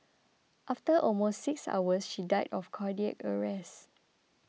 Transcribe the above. after almost six hours she died of cardiac arrest